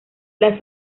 las